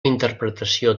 interpretació